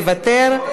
מוותר,